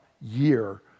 year